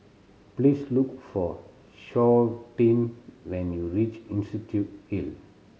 please look for Shawnte when you reach Institution Hill